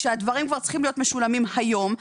כשהדברים כבר צריכים להיות משולמים היום.